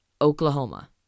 Oklahoma